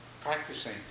practicing